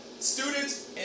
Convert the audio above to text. Students